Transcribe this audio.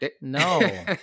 no